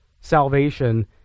salvation